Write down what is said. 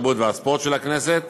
התרבות והספורט של הכנסת.